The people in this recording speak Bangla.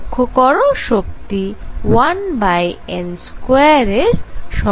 লক্ষ্য করো শক্তি 1n2 এর সমানুপাতিক